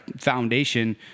foundation